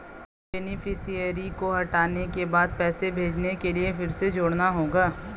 beneficiary को हटाने के बाद पैसे भेजने के लिए फिर से जोड़ना होगा